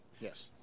Yes